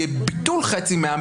בביטול חצי מהעם,